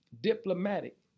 diplomatic